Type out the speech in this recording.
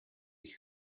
ich